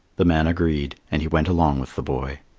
the man agreed, and he went along with the boy.